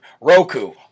Roku